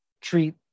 treat